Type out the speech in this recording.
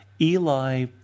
Eli